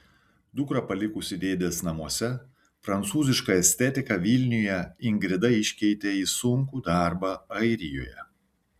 dukrą palikusi dėdės namuose prancūzišką estetiką vilniuje ingrida iškeitė į sunkų darbą airijoje